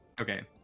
okay